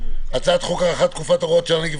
הצעת חוק הארכת תקופות (הוראת שעה נגיף